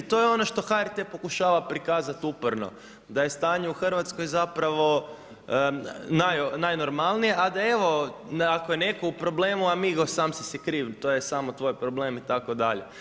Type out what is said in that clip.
I to je ono što HRT pokušava prikazat uporno, da je stanje u Hrvatskoj zapravo najnormalnije, a da evo, ako je netko u problemu, amigo sam si si kriv, to je samo tvoj problem itd.